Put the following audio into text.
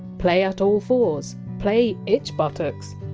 play at all fours, play itch-buttocks.